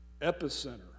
epicenter